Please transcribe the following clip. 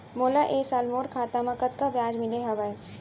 मोला ए साल मोर खाता म कतका ब्याज मिले हवये?